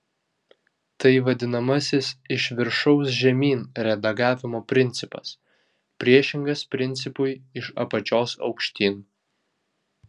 tai vadinamasis iš viršaus žemyn redagavimo principas priešingas principui iš apačios aukštyn